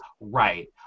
right